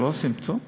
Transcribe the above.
שלא עושים כלום?